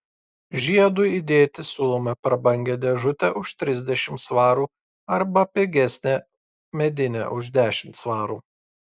žiedui įdėti siūlome prabangią dėžutę už trisdešimt svarų arba pigesnę medinę už dešimt svarų